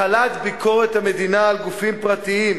החלת ביקורת המדינה על גופים פרטיים,